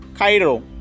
Cairo